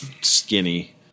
skinny